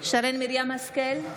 שרן מרים השכל,